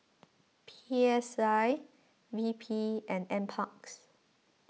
P S I V P and NParks